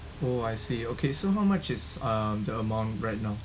oh I see okay so how much is um the amount right now